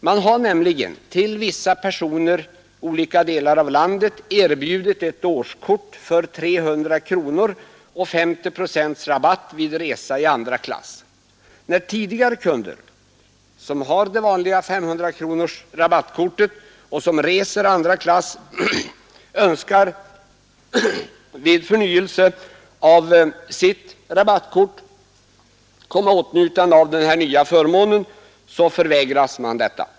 Man har nämligen erbjudit vissa personer i olika delar av landet ett årskort för 300 kronor som ger 50 procents rabatt vid resa i andra klass. När tidigare kunder, som har det vanliga 500 kronors-rabattkortet och som reser i andra klass, vid förnyelse av sitt rabattkort önskar komma i åtnjutande av den här nya förmånen förvägras de detta.